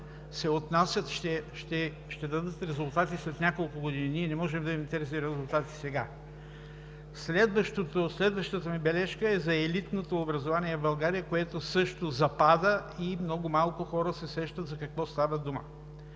мерки ще дадат резултати след няколко години, ние не можем да имаме тези резултати сега. Следващата ми бележка е за елитното образование в България, което също запада и много малко хора се сещат за какво става дума.